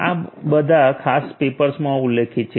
આ બધા આ ખાસ પેપરમાં ઉલ્લેખિત છે